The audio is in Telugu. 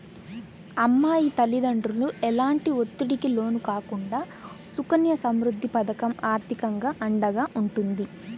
అమ్మాయి తల్లిదండ్రులు ఎలాంటి ఒత్తిడికి లోను కాకుండా సుకన్య సమృద్ధి పథకం ఆర్థికంగా అండగా ఉంటుంది